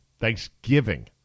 Thanksgiving